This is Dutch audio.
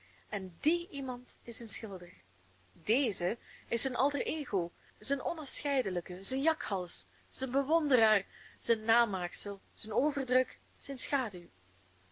en die iemand is een schilder deze is zijn alter ego zijn onafscheidelijke zijn jakhals zijn bewonderaar zijn namaaksel zijn overdruk zijne schaduw